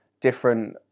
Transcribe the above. different